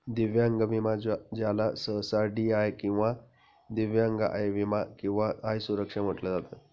दिव्यांग विमा ज्याला सहसा डी.आय किंवा दिव्यांग आय विमा किंवा आय सुरक्षा म्हटलं जात